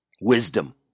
Wisdom